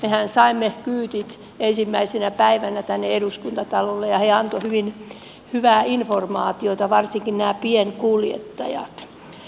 mehän saimme kyydit ensimmäisenä päivänä tänne eduskuntatalolle ja he antoivat hyvin hyvää informaatiota varsinkin nämä pienkuljettajat